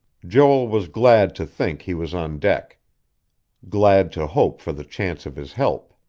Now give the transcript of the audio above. joel was glad to think he was on deck glad to hope for the chance of his help.